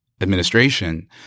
administration